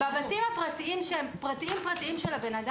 בתים שהם פרטיים-פרטיים,